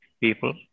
people